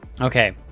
Okay